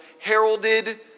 heralded